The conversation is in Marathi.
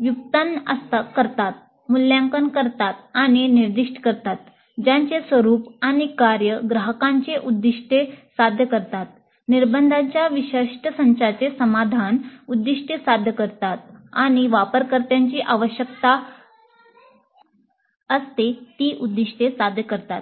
व्युत्पन्न करतात मूल्यांकन करतात आणि निर्दिष्ट करतात ज्यांचे स्वरूप आणि कार्य ग्राहकांचे उद्दीष्टे साध्य करतात निर्बंधाच्या विशिष्ट संचाचे समाधान उद्दीष्टे साध्य करतात किंवा वापरकर्त्यांची आवश्यकता असते ती उद्दीष्टे साध्य करतात